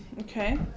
Okay